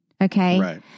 Okay